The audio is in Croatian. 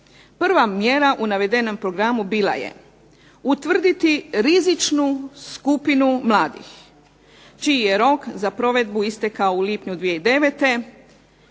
Prva mjera u navedenom programu bila je utvrditi rizičnu skupinu mladih čiji je rok za provedbu istekao u lipnju 2009.